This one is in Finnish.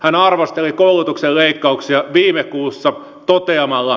hän arvosteli koulutuksen leikkauksia viime kuussa toteamalla